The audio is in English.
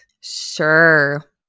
Sure